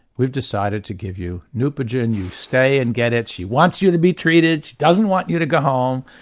we've decided to give you neupogen, you stay and get it, she wants you to be treated, she doesn't want you to go home.